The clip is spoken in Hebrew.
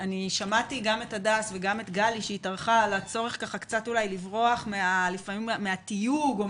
שמעתי גם את הדס וגם את גלי על הצורך קצת אולי לברוח מהתיוג או